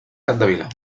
capdevila